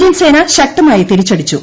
Indian സേന ശക്തമായിതിരിച്ചടിച്ചു